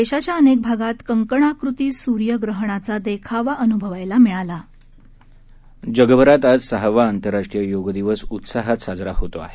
देशाच्या अनेक भागात कंकणाकृती सूर्यग्रहणाचा देखावा अनुभवायला मिळाला जगभरात आज सहावा आंतरराष्ट्रीय योग दिवस उत्साहात साजरा होत आहे